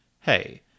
Hey